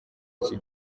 iki